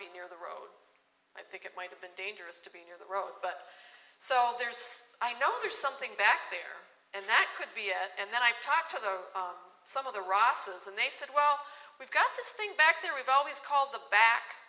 be near the road i think it might have been dangerous to be near the road but so there's i know there's something back there and that could be and i've talked to some of the roxas and they said well we've got this thing back there we've always called the back